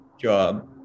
job